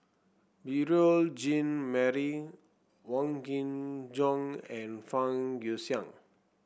Beurel Jean Marie Wong Kin Jong and Fang Guixiang